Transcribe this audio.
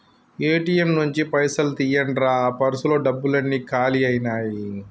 ATM నుంచి పైసలు తీయండ్రా పర్సులో డబ్బులన్నీ కాలి అయ్యినాయి